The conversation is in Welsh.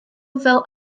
fel